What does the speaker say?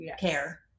care